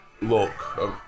look